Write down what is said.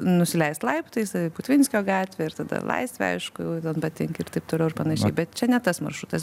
nusileist laiptais putvinskio gatvė ir tada laisvė aišku jau ten patenki ir taip toliau ir panašiai bet čia ne tas maršrutas